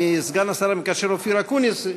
מסגן השר המקשר אופיר אקוניס,